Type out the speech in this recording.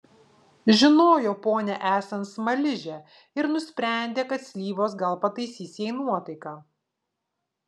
žinojo ponią esant smaližę ir nusprendė kad slyvos gal pataisys jai nuotaiką